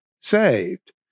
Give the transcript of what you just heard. saved